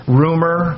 rumor